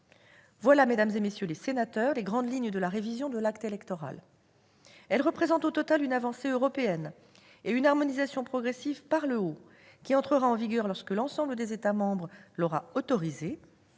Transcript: sont, mesdames, messieurs les sénateurs, les grandes lignes de la révision de l'acte électoral. Elle représente au total une avancée européenne et une harmonisation progressive par le haut, qui entrera en vigueur lorsque l'ensemble des États membres l'auront autorisée.